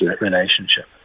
relationship